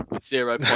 Zero